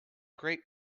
great